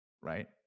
right